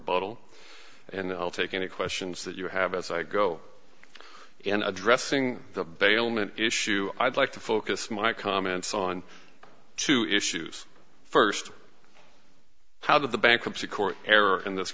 rebuttal and i'll take any questions that you have as i go in addressing the bailment issue i'd like to focus my comments on two issues first how did the bankruptcy court error in this